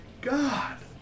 God